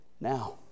Now